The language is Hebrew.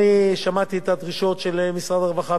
אני שמעתי את הדרישות של משרד הרווחה,